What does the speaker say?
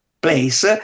place